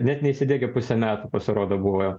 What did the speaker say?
net neįsidiegę pusę metų pasirodo buvo